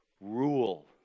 rule